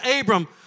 Abram